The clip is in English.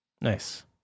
nice